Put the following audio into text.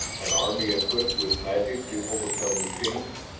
an army equipped with magic to overcome machines?